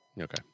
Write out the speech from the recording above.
Okay